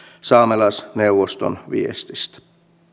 saamelaisneuvoston viestistä